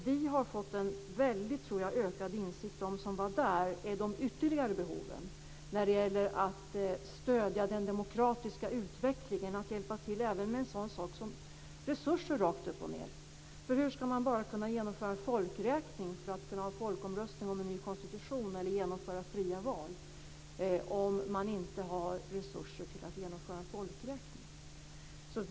Vi som var där har fått en ökad insikt om de ytterligare behoven att stödja den demokratiska utvecklingen, att rakt upp och ned hjälpa till med resurser. Hur ska man kunna genomföra en folkomröstning om en ny konstitution eller genomföra fria val om det inte finns resurser till att genomföra en folkräkning?